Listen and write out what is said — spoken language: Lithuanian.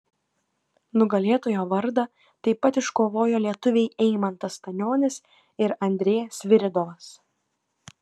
nugalėtojo vardą taip pat iškovojo lietuviai eimantas stanionis ir andrė sviridovas